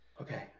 Okay